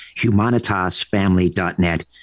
humanitasfamily.net